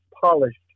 polished